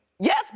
Yes